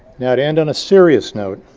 now, to end on a serious note,